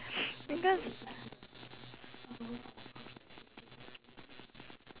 because